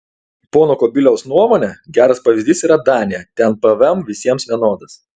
pono kubiliaus nuomone geras pavyzdys yra danija ten pvm visiems vienodas